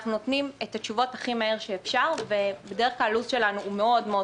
אנחנו נותנים תשובות הכי מהר שאפשר ובדרך כלל הלו"ז שלנו קצר מאוד.